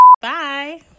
Bye